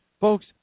Folks